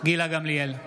גילה גמליאל,